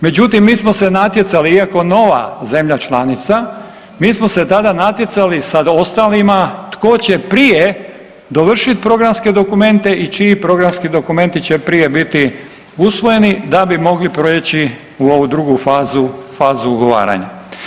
Međutim, mi smo se natjecali, iako nova zemlja članica mi smo se tada natjecali sa ostalima tko će prije dovršit programske dokumente i čiji programski dokumenti će prije biti usvojeni da bi mogli prijeći u ovu drugu fazu, fazu ugovaranja.